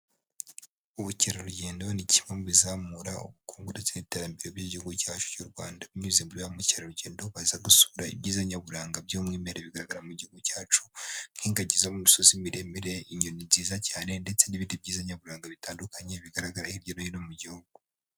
Ubukerarugendo n'ikivumbi bizamura ubukungu ndetse n'iterambere ry'igihugu cyacu cy'u rwanda unyuyuze ba ba mukerarugendo baza gusura ibyiza nyaburanga by'umwimerere bigaragara mu gihuguhugu cyacu nk'ingagi zo mu misozi miremire inyoni nziza cyane ndetse n'ibindi byiza nyaburanga bitandukanye bigaragara hirya no hino mu gihugu.